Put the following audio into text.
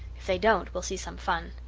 if they don't, we'll see some fun.